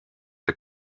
the